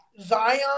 Zion